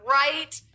right